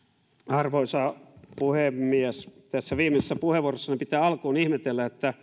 arvoisa puhemies tässä viimeisessä puheenvuorossani pitää alkuun ihmetellä että